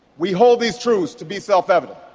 we hold these truths to be self-evident,